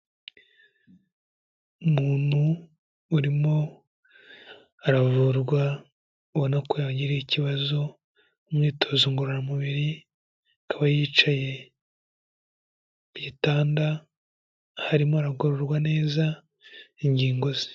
Umuntu urimo aravurwa ubona ko yagiriye ikibazo mu myitozo ngororamubiri, akaba yicaye kugitanda, aho arimo aragororwa neza ingingo ze.